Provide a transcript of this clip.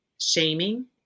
shaming